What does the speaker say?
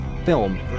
Film